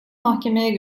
mahkemeye